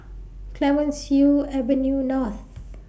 Clemenceau Avenue North